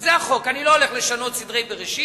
זה החוק, אני לא הולך לשנות סדרי בראשית.